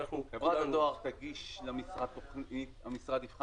חברת הדואר תגיש למשרד תוכנית,